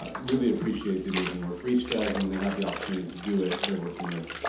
ah really appreciate the amazing work reach does. and when they have the opportunity to do it, they are working with,